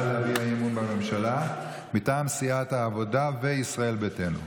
להביע אי-אמון בממשלה מטעם סיעת העבודה וישראל ביתנו.